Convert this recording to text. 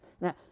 Now